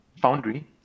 foundry